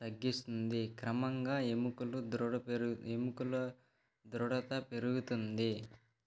తగ్గిస్తుంది క్రమంగా ఎముకులు దృఢ పెరుగు ఎముకుల దృఢత్వం పెరుగుతుంది